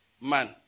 man